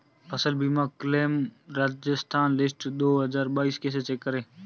फसल बीमा claim Rajasthan list दो हज़ार बाईस कैसे चेक करें?